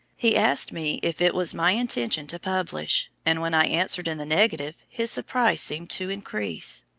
he asked me if it was my intention to publish, and when i answered in the negative, his surprise seemed to increase.